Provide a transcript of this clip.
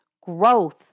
growth